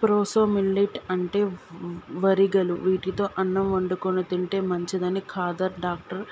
proso millet అంటే వరిగలు వీటితో అన్నం వండుకొని తింటే మంచిదని కాదర్ వల్లి డాక్టర్